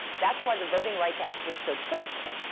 that's why the voting rights act was so critical.